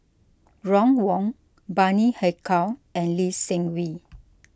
Ron Wong Bani Haykal and Lee Seng Wee